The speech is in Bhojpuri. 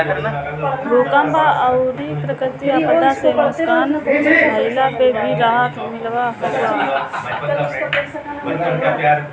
भूकंप अउरी प्राकृति आपदा से नुकसान भइला पे भी राहत मिलत हअ